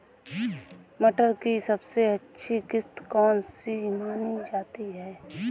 मटर की सबसे अच्छी किश्त कौन सी मानी जाती है?